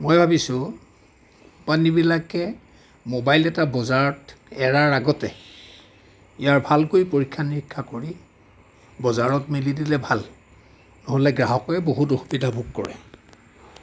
মই ভাবিছোঁ কোম্পানীবিলাকে ম'বাইল এটা বজাৰত এৰাৰ আগতে ইয়াৰ ভালকৈ পৰীক্ষা নিৰীক্ষা কৰি বজাৰত মেলি দিলে ভাল নহ'লে গ্ৰাহকে বহুত অসুবিধা ভোগ কৰে